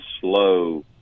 slow